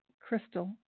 crystal